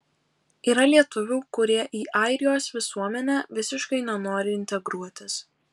yra lietuvių kurie į airijos visuomenę visiškai nenori integruotis